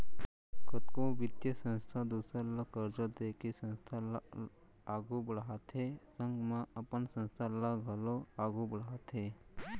कतको बित्तीय संस्था दूसर ल करजा देके संस्था ल आघु बड़हाथे संग म अपन संस्था ल घलौ आघु बड़हाथे